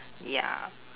ya